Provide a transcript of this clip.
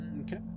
Okay